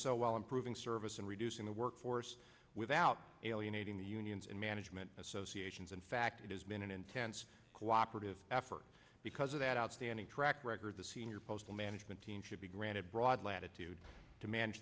so while improving service and reducing the workforce without alienating the unions and management associations in fact it has been an intense cooperative effort because of that outstanding track record the senior postal management team should be granted broad latitude